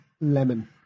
Lemon